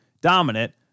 dominant